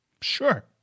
sure